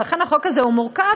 ולכן החוק הזה הוא מורכב,